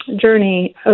journey